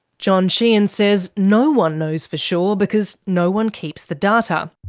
john sheehan says no one knows for sure because no one keeps the data.